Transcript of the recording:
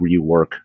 rework